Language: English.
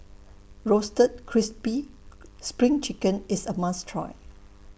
Roasted Crispy SPRING Chicken IS A must Try